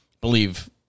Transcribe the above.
believe